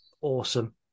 Awesome